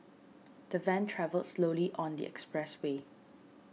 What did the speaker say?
the van travelled slowly on the expressway